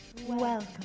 Welcome